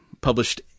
published